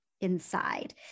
inside